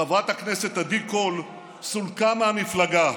חברת הכנסת עדי קול, סולקה מהמפלגה.